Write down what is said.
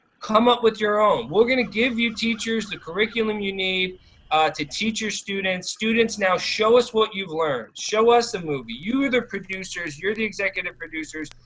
come up with your own. we're gonna give you teachers the curriculum you need to teach your students. students, now show us what you've learned, show us a movie, you are the producers, you're the executive producers,